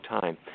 time